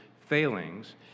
failings